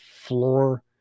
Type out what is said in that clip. floor